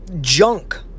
junk